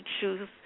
choose